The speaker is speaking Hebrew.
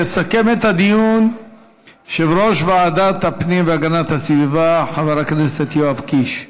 יסכם את הדיון יושב-ראש ועדת הפנים והגנת הסביבה חבר הכנסת יואב קיש.